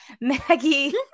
Maggie